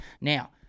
Now